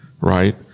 right